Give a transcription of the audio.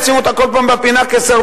לשים אותה כל פעם בפינה כסרבנית?